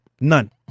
None